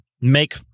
make